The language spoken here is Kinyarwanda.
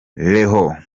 leon